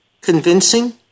convincing